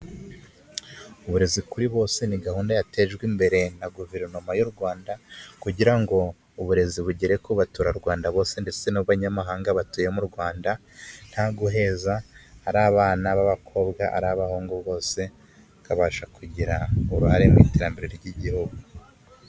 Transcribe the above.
Uburezi kuri bose ni gahunda yatejwe imbere na guverinoma y'u Rwanda, kugira ngo uburezi bugere ku baturarwanda bose ndetse n'abanyamahanga batuye mu rwanda, nta guheza ari abana b'abakobwa ari abahungu bose bakabasha kugira uruhare mu iterambere ry'igihugu.